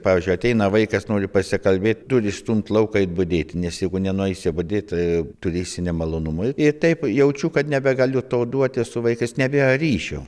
pavyzdžiui ateina vaikas nori pasikalbėt turi stumt lauk eit budėt nes jeigu nenueisi budėt turėsi nemalonumų ir taip jaučiu kad nebegaliu to duoti su vaikas nebėra ryšio